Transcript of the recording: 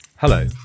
Hello